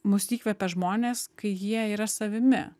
mus įkvepia žmonės kai jie yra savimi